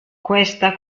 questa